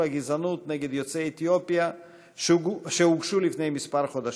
הגזענות נגד יוצאי אתיופיה שהוגשו לפני כמה חודשים.